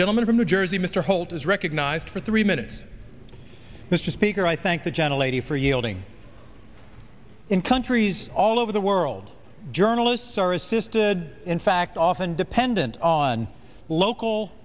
gentleman from new jersey mr holt is recognized for three minutes mr speaker i thank the general a d for yielding in countries all over the world journalists are assisted in fact often dependent on local